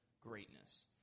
greatness